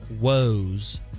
woes